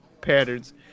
patterns